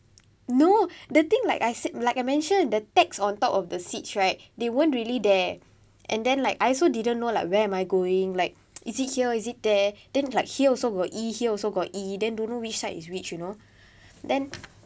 no the thing like I said like I mentioned the text on top of the seats right they weren't really there and then like I also didn't know like where am I going like is it here or is it there then like here also got e here also got e then don't know which side is which you know then